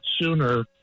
sooner